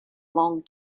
long